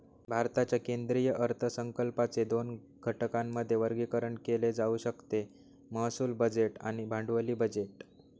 भारताच्या केंद्रीय अर्थसंकल्पाचे दोन घटकांमध्ये वर्गीकरण केले जाऊ शकते महसूल बजेट आणि भांडवली बजेट